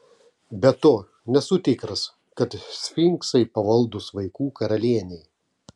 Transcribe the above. be to nesu tikras kad sfinksai pavaldūs vaikų karalienei